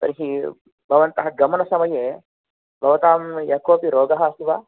तर्हि भवन्तः गमनसमये भवतां यः कोपि रोगः अस्ति वा